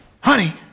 honey